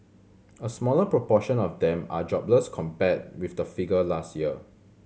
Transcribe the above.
a smaller proportion of them are jobless compared with the figure last year